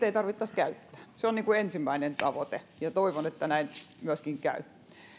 ei tarvitsisi käyttää se on ensimmäinen tavoite ja toivon että näin myöskin käy